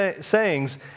sayings